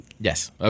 Yes